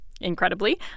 incredibly